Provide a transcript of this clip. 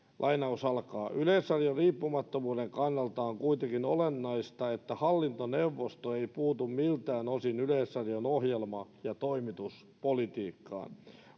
yleisradion riippumattomuuden kannalta on kuitenkin olennaista että hallintoneuvosto ei puutu miltään osin yleisradion ohjelma ja toimituspolitiikkaan